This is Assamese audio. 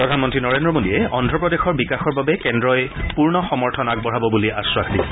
প্ৰধানমন্তী নৰেন্দ্ৰ মোডীয়ে অন্ধ্ৰ প্ৰদেশৰ বিকাশৰ বাবে কেন্দ্ৰই পূৰ্ণ সমৰ্থন আগবঢ়াব বুলি আশ্বাস দিছে